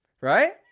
right